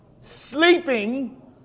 sleeping